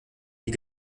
die